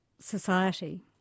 society